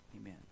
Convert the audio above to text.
amen